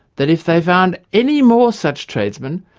that if they found any more such tradesmen,